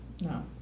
no